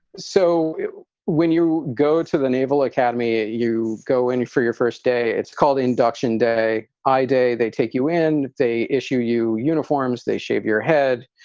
so when you go to the naval academy, you go in you for your first day. it's called induction day i day. they take you in, they issue you uniforms, they shave your head,